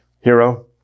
hero